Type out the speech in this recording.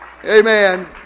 Amen